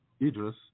Idris